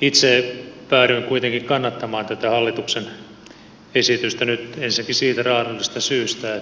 itse päädyin kuitenkin kannattamaan tätä hallituksen esitystä nyt ensinnäkin siitä raadollisesta syystä